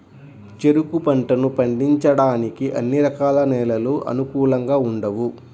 చెరుకు పంటను పండించడానికి అన్ని రకాల నేలలు అనుకూలంగా ఉండవు